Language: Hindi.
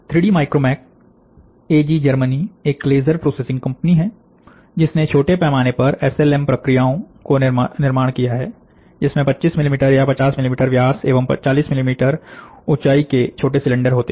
3 डी माइक्रोमेक एजी जर्मनी एक लेजर प्रोसेसिंग कंपनी है जिसने छोटे पैमाने पर एस एल एम प्रक्रियाओं को निर्माण किया है जिसमें 25 मिलीमीटर या 50 मिलीमीटर व्यास एवं 40 मिली मीटर ऊंचाई के छोटे सिलेंडर होते हैं